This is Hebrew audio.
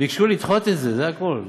ביקשו לדחות את זה, זה הכול.